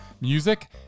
music